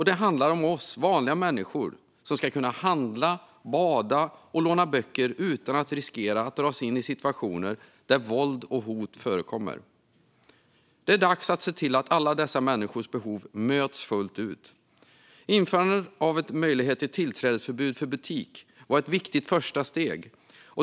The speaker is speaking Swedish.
Det handlar om oss vanliga människor som ska kunna handla, bada och låna böcker utan att riskera att dras in i situationer där våld och hot förekommer. Det är dags att se till att alla dessa människors behov möts fullt ut. Införandet av en möjlighet till tillträdesförbud för butik var ett viktigt första steg.